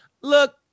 Look